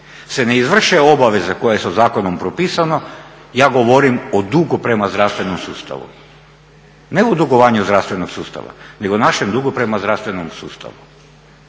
se ne izvrše obaveze koje su zakonom propisano ja govorim o dugu prema zdravstvenom sustavu, ne o dugovanju zdravstvenog sustava nego našem dugu prema zdravstvenom sustavu.